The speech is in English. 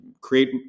create